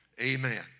Amen